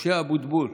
משה אבוטבול.